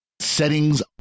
settings